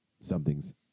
something's